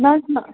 نَہ حَظ نَہ